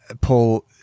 Paul